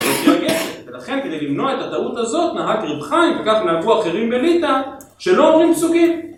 ולכן כדי למנוע את הדעות הזאת נהג ר' חיים וכך נהגו אחרים בליטא שלא אומרים פסוקים